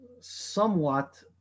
somewhat